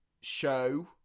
show